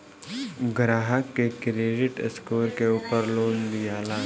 ग्राहक के credit score के उपर लोन दियाला